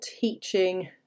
teaching